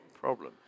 problem